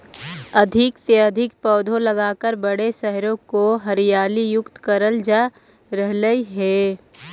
अधिक से अधिक पौधे लगाकर बड़े शहरों को हरियाली युक्त करल जा रहलइ हे